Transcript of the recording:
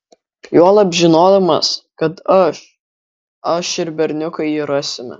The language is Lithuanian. juolab žinodamas kad aš aš ir berniukai jį rasime